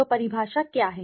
तो परिभाषा क्या है